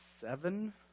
Seven